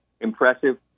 impressive